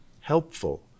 helpful